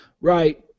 Right